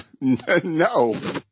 No